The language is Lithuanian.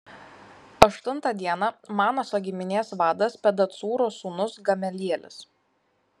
aštuntą dieną manaso giminės vadas pedacūro sūnus gamelielis